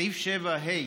סעיף 7(ה)